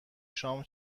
شام